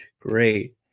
Great